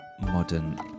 modern